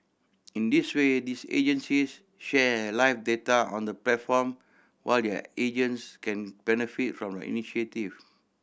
in this way these agencies share live data on the platform while their agents can benefit from the initiative